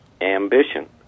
ambition